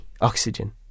oxygen